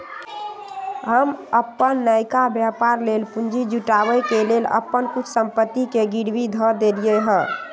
हम अप्पन नयका व्यापर लेल पूंजी जुटाबे के लेल अप्पन कुछ संपत्ति के गिरवी ध देलियइ ह